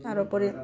তাৰোপৰি